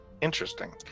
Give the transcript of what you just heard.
Interesting